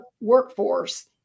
workforce